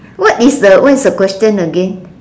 what is the what is the question again